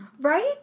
Right